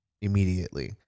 immediately